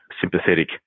sympathetic